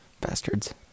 Bastards